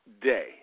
day